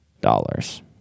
dollars